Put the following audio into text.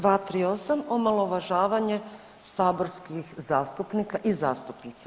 238., omalovažavanje saborskih zastupnika i zastupnica.